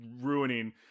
ruining